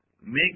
make